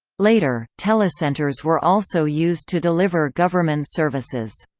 later, telecentres were also used to deliver government services.